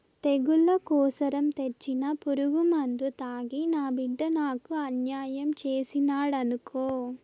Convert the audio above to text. తెగుళ్ల కోసరం తెచ్చిన పురుగుమందు తాగి నా బిడ్డ నాకు అన్యాయం చేసినాడనుకో